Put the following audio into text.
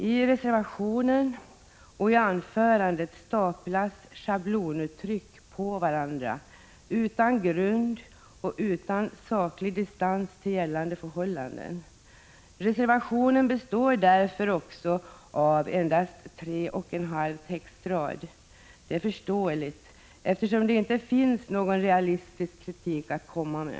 I reservationen och i anförandet staplas schablonuttryck på varandra utan grund och utan saklig distans till gällande förhållanden. Reservationen består därför av endast tre och en halv textrad. Det är förståeligt, eftersom det inte finns någon realistisk kritik att komma med.